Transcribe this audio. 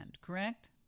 correct